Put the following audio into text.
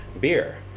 beer